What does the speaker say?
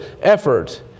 effort